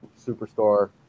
superstar